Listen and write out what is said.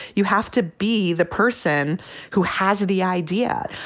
you have to be the person who has the idea.